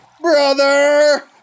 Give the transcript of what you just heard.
brother